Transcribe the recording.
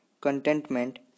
contentment